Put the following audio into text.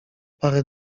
parę